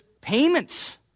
payments